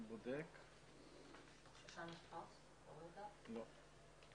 לא.